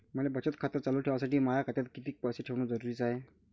मले बचत खातं चालू ठेवासाठी माया खात्यात कितीक पैसे ठेवण जरुरीच हाय?